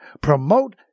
promote